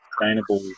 sustainable